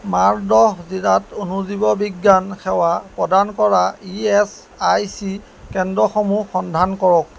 মালদহ জিলাত অণুজীৱ বিজ্ঞান সেৱা প্ৰদান কৰা ই এছ আই চি কেন্দ্ৰসমূহ সন্ধান কৰক